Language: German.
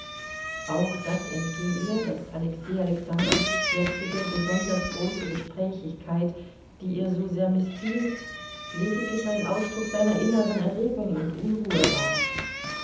auch das entging ihr daß alexei alexandrowitschs jetzige besonders große gesprächigkeit die ihr so sehr mißfiel lediglich ein ausdruck seiner inneren erregung und unruhe war